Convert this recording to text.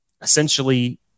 essentially